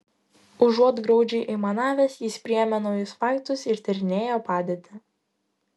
užuot graudžiai aimanavęs jis priėmė naujus faktus ir tyrinėjo padėtį